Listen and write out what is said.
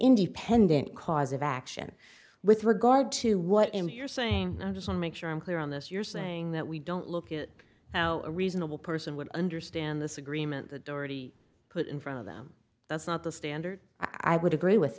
independent cause of action with regard to what im here saying i just make sure i'm clear on this you're saying that we don't look at how a reasonable person would understand this agreement the dorothy put in front of them that's not the standard i would agree with